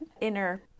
inner